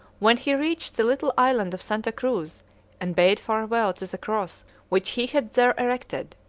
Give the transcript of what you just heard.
when he reached the little island of santa cruz and bade farewell to the cross which he had there erected,